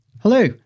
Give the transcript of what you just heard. Hello